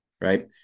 right